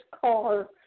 car